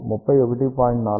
4 31